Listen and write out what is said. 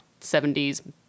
70s